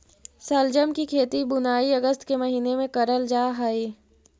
शलजम की खेती बुनाई अगस्त के महीने में करल जा हई